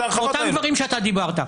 אתם מטפלים בהורים יחידנים?